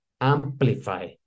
amplify